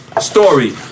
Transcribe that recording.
story